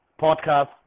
podcast